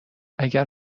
اگر